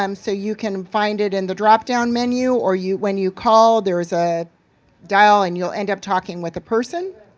um so you can find it in the drop-down menu or when you call, there's a dial and you'll end up talking with a person.